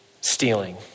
stealing